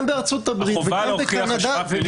גם בארצות הברית וגם בקנדה.